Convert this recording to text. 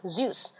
Zeus